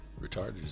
Retarded